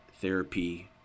therapy